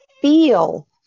feel